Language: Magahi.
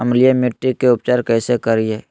अम्लीय मिट्टी के उपचार कैसे करियाय?